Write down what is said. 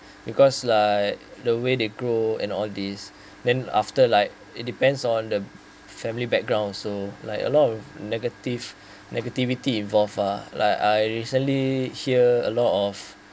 because like the way they grow and all these then after like it depends on the family background so like a lot of negative negativity evolve uh like I recently hear a lot of